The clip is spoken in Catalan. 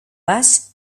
vas